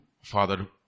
Father